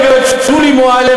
גברת שולי מועלם,